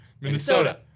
Minnesota